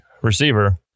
receiver